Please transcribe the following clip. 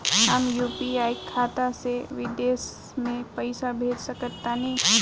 हम यू.पी.आई खाता से विदेश म पइसा भेज सक तानि?